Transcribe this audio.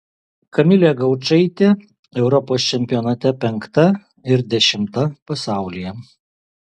kamilė gaučaitė europos čempionate penkta ir dešimta pasaulyje